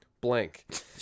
blank